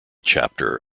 chapter